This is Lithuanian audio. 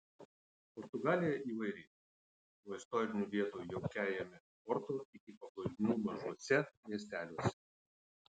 portugalija įvairi nuo istorinių vietų jaukiajame porto iki paplūdimių mažuose miesteliuose